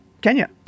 Kenya